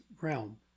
realm